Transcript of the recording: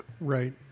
Right